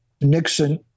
Nixon